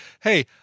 Hey